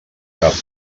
cap